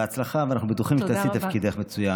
בהצלחה, ואנחנו בטוחים שתעשי את תפקידך מצוין.